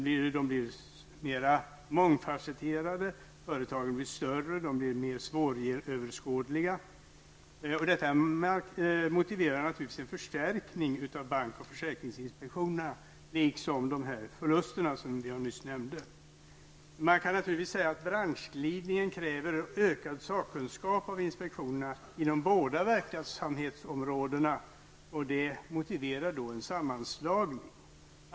Verksamheten blir mer mångfasetterad, och företagen blir större och mer svåröverskådliga. Detta motiverar naturligtvis en förstärkning av bankinspektionen och försäkringsinspektionen. Detta motiveras även av de förluster som jag nyss nämnde. Man kan naturligtvis säga att branschglidningen kräver ökad sakkunskap av inspektionerna inom både verksamhetsområdena, och det motiverar då en sammanslagning.